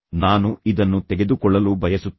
ನಾನು ಇದನ್ನು ತೆಗೆದುಕೊಳ್ಳಲು ಬಯಸುತ್ತೇನೆ